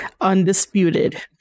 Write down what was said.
undisputed